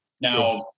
Now